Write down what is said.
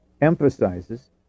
emphasizes